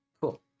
Cool